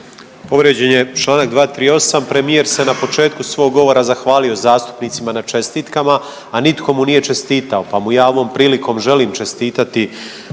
Povrijeđen je Članak 238., premijer se na početku svog govora zahvalio zastupnicima na čestitkama, a nitko mu nije čestitao, pa mu ja ovom prilikom želim čestitati